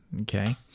Okay